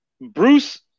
Bruce